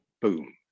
boom